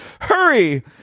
Hurry